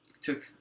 Took